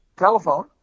Telephone